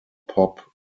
pop